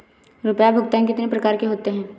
रुपया भुगतान कितनी प्रकार के होते हैं?